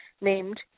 named